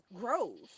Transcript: grows